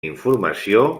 informació